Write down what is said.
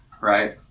right